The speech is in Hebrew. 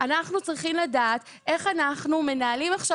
אנחנו צריכים לדעת איך אנחנו מנהלים עכשיו